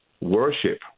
worship